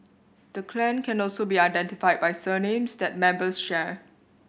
the clan can also be identified by surnames that members share